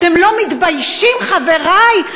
אתם לא מתביישים, חברי?